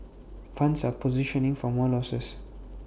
funds are positioning for more losses